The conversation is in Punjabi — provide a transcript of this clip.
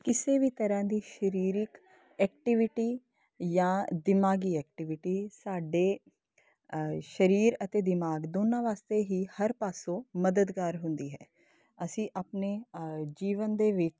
ਕਿਸੇ ਵੀ ਤਰ੍ਹਾਂ ਦੀ ਸਰੀਰਕ ਐਕਟੀਵਿਟੀ ਜਾਂ ਦਿਮਾਗੀ ਐਕਟੀਵਿਟੀ ਸਾਡੇ ਸਰੀਰ ਅਤੇ ਦਿਮਾਗ ਦੋਨਾਂ ਵਾਸਤੇ ਹੀ ਹਰ ਪਾਸੋਂ ਮਦਦਗਾਰ ਹੁੰਦੀ ਹੈ ਅਸੀਂ ਆਪਣੇ ਜੀਵਨ ਦੇ ਵਿੱਚ